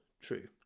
true